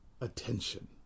attention